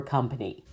Company